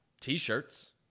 t-shirts